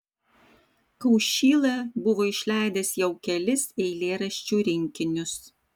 kaušyla buvo išleidęs jau kelis eilėraščių rinkinius